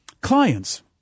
clients